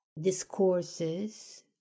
discourses